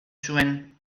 zuen